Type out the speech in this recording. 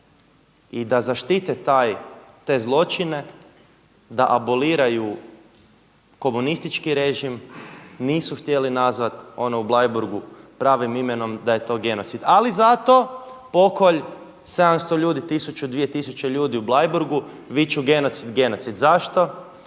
I da zaštite te zločine, da aboliraju komunistički režim nisu htjeli nazvati one u Bleiburgu pravim imenom da je to genocid. Ali zato pokolj 700 ljudi, 1000, 2000 ljudi u Bleiburgu viču genocid, genocid. Zašto?